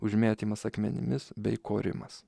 užmėtymas akmenimis bei korimas